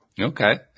Okay